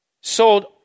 sold